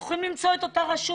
היא יכולה להפוך ולהיות רשות